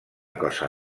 cosa